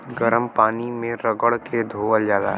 गरम पानी मे रगड़ के धोअल जाला